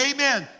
Amen